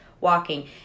walking